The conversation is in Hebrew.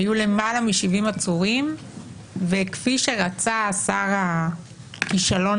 היו למעלה מ-70 עצורים וכפי שרצה שר הכישלון